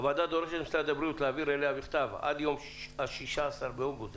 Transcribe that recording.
הוועדה דורשת ממשרד הבריאות להעביר אליה עד ה-16 באוגוסט